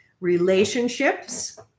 relationships